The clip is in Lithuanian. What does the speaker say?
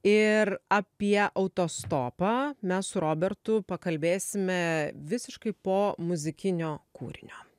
ir apie autostopą mes su robertu pakalbėsime visiškai po muzikinio kūrinio